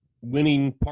Winning